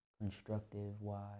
constructive-wise